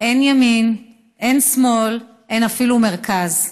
אין ימין, אין שמאל, אין אפילו מרכז.